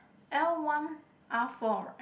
L one R four right